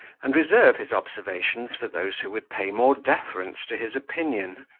and reserve his observations for those who would pay more deference to his opinion